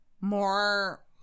more